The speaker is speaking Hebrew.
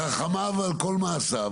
ברחמיו על כל מעשיו,